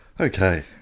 Okay